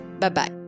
Bye-bye